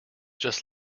just